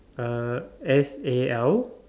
uh S A L